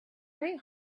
very